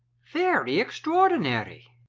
very extraordinary,